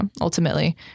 Ultimately